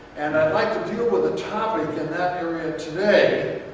and i'd like to deal with a topic in that area today,